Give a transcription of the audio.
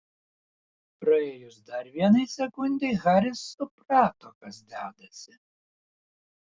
praėjus dar vienai sekundei haris suprato kas dedasi